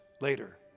later